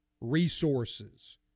resources